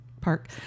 Park